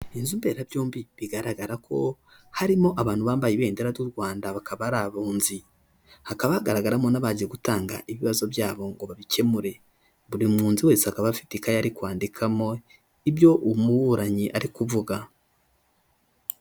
Inzu mberabyombi bigaragara ko harimo abantu bambaye ibendera ry'u Rwanda bakaba ari abunzi. Hakaba hagaragaramo n'abaje gutanga ibibazo byabo ngo babikemure. Buri mwunzi wese akaba afite ikayi ari kwandikamo ibyo umuburanyi ari kuvuga.